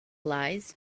lies